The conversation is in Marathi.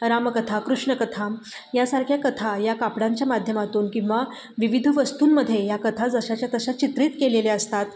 रामकथा कृष्णकथा यासारख्या कथा या कापडांच्या माध्यमातून किंवा विविध वस्तूंमध्ये या कथा जशाच्या तशा चित्रित केलेल्या असतात